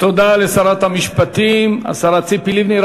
תודה לשרת המשפטים, השרה ציפי לבני.